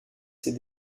ses